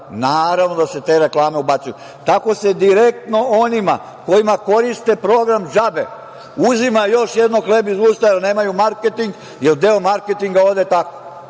Naravno da se te reklame ubacuju. Tako se direktno onima kojima koristi program džabe uzima još jednom hleb iz usta, jer nemaju marketing, jer deo marketinga ode tako.